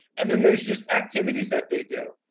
and then there's just activities that they do.